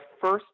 first